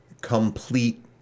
complete